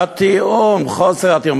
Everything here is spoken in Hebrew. התיאום או חוסר התיאום,